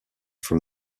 from